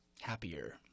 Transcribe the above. happier